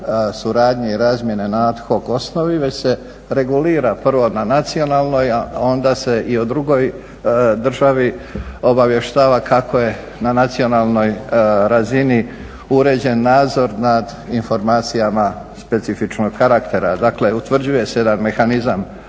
suradnje i razmjene na ad hoc osnovi već se regulira prvo na nacionalnoj, a onda se i o drugoj državi obavještava kako je na nacionalnoj razini uređen nadzor nad informacijama specifičnog karaktera. Dakle utvrđuje se jedan mehanizam